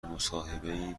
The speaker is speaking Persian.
مصاحبهای